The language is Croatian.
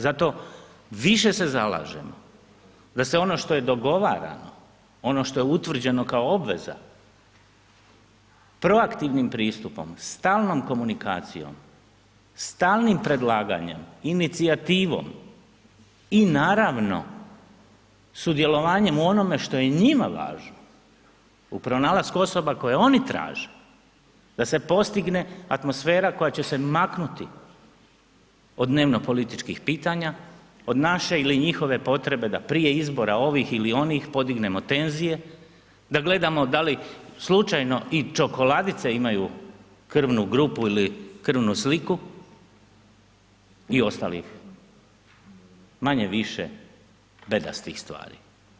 Zato više se zalažemo da sve ono što je dogovarano, ono što je utvrđeno kao obveza proaktivnim pristupom, stalnom komunikacijom, stalnim predlaganjem, inicijativom i naravno sudjelovanjem u onome što je njima važno, u pronalasku osoba koje oni traže, da se postigne atmosfera koja će se maknuti od dnevno političkih pitanja, od naše ili njihove potrebe da prije izbora ovih ili onih podignemo tenzije, da gledamo da li slučajno i čokoladice imaju krvnu grupu ili krvnu sliku i ostalih manje-više bedastih stvari.